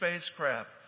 spacecraft